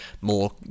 more